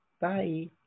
Bye